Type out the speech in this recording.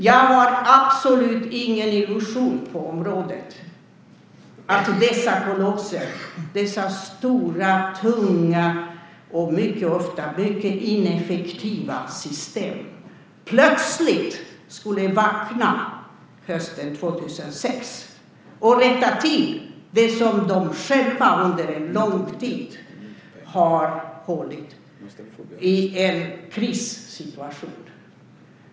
Jag har absolut ingen illusion om att dessa kolosser, dessa stora tunga och mycket ofta mycket ineffektiva system, plötsligt skulle vakna hösten 2006 och rätta till det som de själva under en lång tid har hållit kvar i en krissituation.